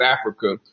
Africa